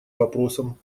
вопросам